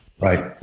Right